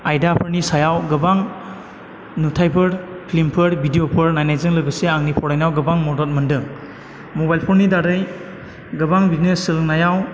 आयदाफोरनि सायाव गोबां नुथाइफोर फ्लिमफोर भिदिअ'फोर नायनायजों लोगोसे आंनि फरायनायाव गोबां मदद मोन्दों मबाइल फननि दारै गोबां बिदिनो सोलोंनायाव